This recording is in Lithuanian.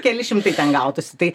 keli šimtai kad gautųsi tai